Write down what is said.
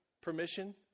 permission